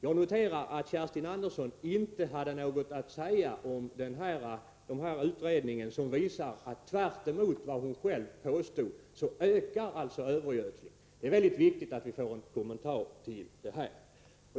Jag noterar att Kerstin Andersson inte har någonting att säga om den utredning som visar att övergödslingen ökar — tvärtemot vad hon själv påstod. Det är viktigt att vi får en kommentar till det.